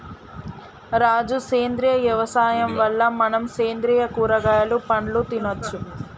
రాజు సేంద్రియ యవసాయం వల్ల మనం సేంద్రియ కూరగాయలు పండ్లు తినచ్చు